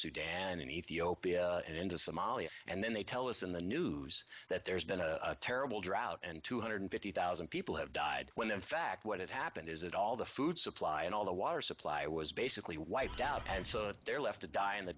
sudan and ethiopia and into somalia and then they tell us in the news that there's been a terrible drought and two hundred fifty thousand people have died when in fact what happened is that all the food supply and all the water supply was basically wiped out and so they're left to die in the